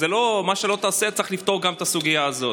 מה שלא תעשה, צריך לפתור גם את הסוגיה הזאת.